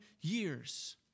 years